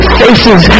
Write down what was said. faces